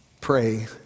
pray